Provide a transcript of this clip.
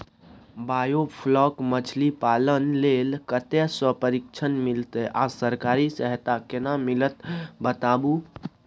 Biofloc मछलीपालन लेल कतय स प्रशिक्षण मिलत आ सरकारी सहायता केना मिलत बताबू?